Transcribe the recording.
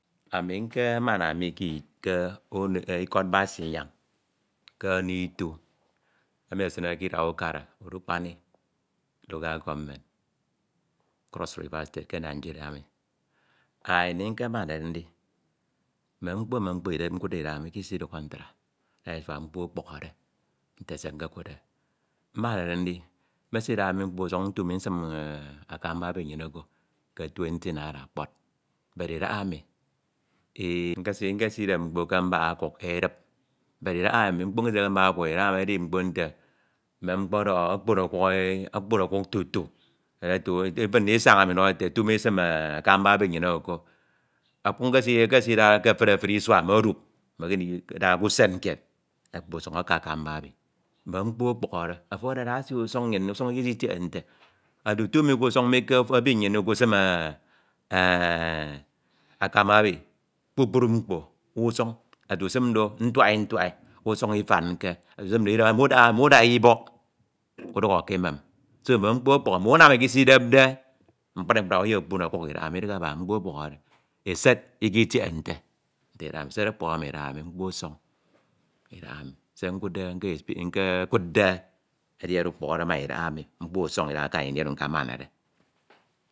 Ami nkemana mike Ono k'itu kè ikọd Bassey inyang ke ono itu emi esin ede kidak ukara odukp ami Local Government, cross river state ke Nigeria emi. Euh ini nkem anade ndi mme mkpo mme mkpo akudde idahaemi ikisi idukhọ ntra that is why mkpo ọkpukhọde nte se nkekudde mmanade ndi mesida mi mkpe usuñ nta mi nsin akamba ebi nnyin oko ke twenty naira kpọd but idabaemi in nkesidep mkpo ke mbak ọkuk edip but idahaemi mkpo nkesidepde ke mbak o̱kuk edip idahaemi edidi mkpo nte mme mkpọdọhọ okpon okuk tutu edehe tu ifin ndisaña ndọhọ ete tu mi sim akamba ebi nnyin eke ko ọkuk nkesidade ke efuri eduri isua me dup mekeme ndida usen kied ekpo usuñ aka akamba ebi mne mkpo ọkpukhọde usuñ nnyin ikisitiehe nte, ete ute mi kusuñ mi ke ebi nnyin mi ukusin akamba ebi kpukpru mkpọ usun ntuahi ntuahi usuñ ifemke utusin do mudaha ibọk udukhọ ke emem de mme mkpo okpukhọde mme unam ikisidepde mkpri mkpri ọkuk idihe aba eyekpok duni ọkuk idahaemi esed ikitiehe nte nte idahaemi esed ọkpukhọde ma idahaemi mkpo ọsọn idaha emi se nkudde nke experien nkekudde edi oro enyeme ukpukhọde ma idahaemi mkpo ọsọn idahaemi akan ini oro nkamanade